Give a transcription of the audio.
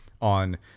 on